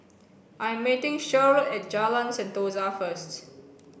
I'm meeting Shirl at Jalan Sentosa first